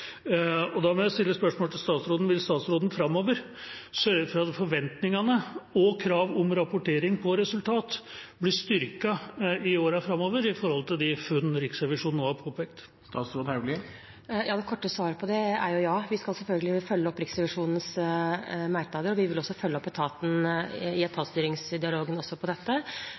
Da må jeg stille følgende spørsmål til statsråden: Vil statsråden sørge for at forventningene og krav om rapportering om resultat blir styrket i årene framover, med tanke på de funnene Riksrevisjonen nå har påpekt? Det korte svaret på det er ja, vi skal selvfølgelig følge opp Riksrevisjonens merknader. Vi vil også følge opp etatene i etatsstyringsdialogen når det gjelder dette.